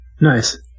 nice